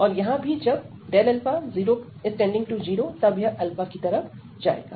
और यहां भी जब α→0 तब यह की तरफ जाएगा